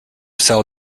cell